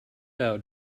out